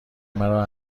مرا